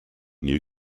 new